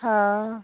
हाँ